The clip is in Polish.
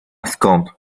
skąd